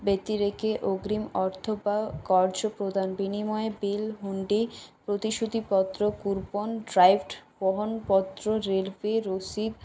ব্যতি রেখে অগ্রিম অর্থ বা কর্য প্রদান বিনিময়ে বিল প্রতিশ্রুতি পত্র কুপন বহন পত্র রেলওয়ে রশিদ